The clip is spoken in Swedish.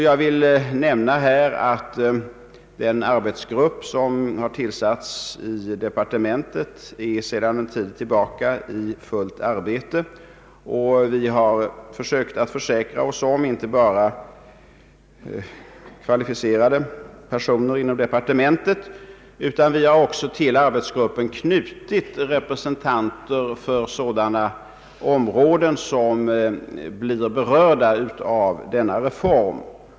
Jag vill nämna att den arbetsgrupp som tillsatts inom departementet sedan en tid tillbaka är i fullt arbete. Vi har försökt att försäkra oss om inte bara kvalificerade personer inom departementet, utan vi har också till arbetsgruppen knutit representanter för sådana områden som blir berörda av denna reform.